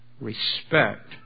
Respect